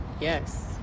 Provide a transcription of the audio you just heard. yes